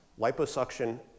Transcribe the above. liposuction